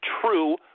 true